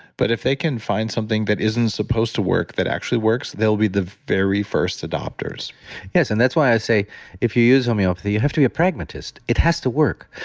but if they can find something that isn't supposed to work, that actually works, they'll be the very first adopters yes, and that's why i say if you use homeopathy, you have to be a pragmatist. it has to work.